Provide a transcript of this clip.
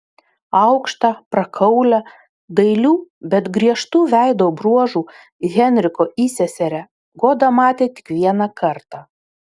aukštą prakaulią dailių bet griežtų veido bruožų henriko įseserę goda matė tik vieną kartą